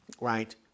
right